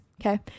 Okay